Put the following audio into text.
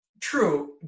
True